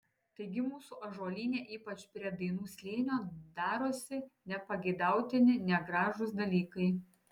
taigi mūsų ąžuolyne ypač prie dainų slėnio darosi nepageidautini negražūs dalykai